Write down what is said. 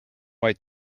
white